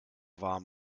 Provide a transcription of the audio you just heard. warm